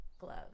gloves